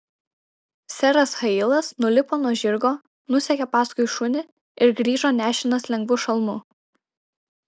seras hailas nulipo nuo žirgo nusekė paskui šunį ir grįžo nešinas lengvu šalmu